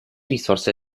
risorse